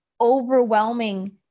overwhelming